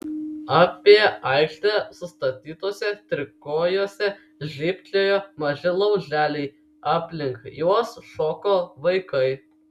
apie aikštę sustatytuose trikojuose žybčiojo maži lauželiai aplink juos šoko vaikai